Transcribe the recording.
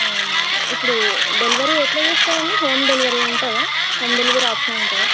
అవునా ఇప్పుడు డెలివరీ ఎలా చేస్తారండి హోమ్ డెలివరీ ఉంటుందా హోమ్ డెలివరీ ఆప్షన్ ఉంటుందా